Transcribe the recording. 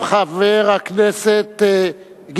חבר הכנסת עפו אגבאריה,